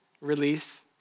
release